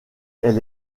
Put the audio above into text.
elle